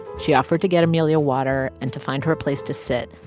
she offered to get amelia water and to find her a place to sit.